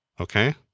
Okay